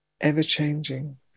ever-changing